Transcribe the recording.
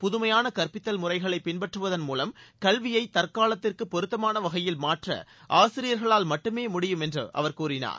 புதுமையாள கற்பித்தல் முறைகளை பின்பற்றுவதன் மூலம் கல்வியை தற்காலத்திற்கு பொருத்தமான வகையில் மாற்ற ஆசிரியர்களால் மட்டுமே முடியும் என்று அவர் கூறினார்